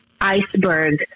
iceberg